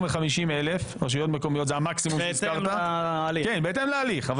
הוא אמר בהתחלה, לא שמעת.